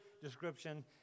description